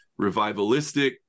revivalistic